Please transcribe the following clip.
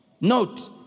note